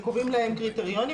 קובעים להם קריטריונים,